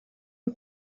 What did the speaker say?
iyo